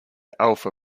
alpha